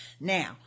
now